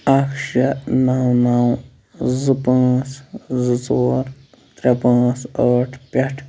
اَکھ شےٚ نَو نَو زٕ پٲنٛژھ زٕ ژور ترٛےٚ پانٛژھ ٲٹھ پٮ۪ٹھ